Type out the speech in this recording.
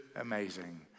amazing